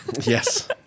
Yes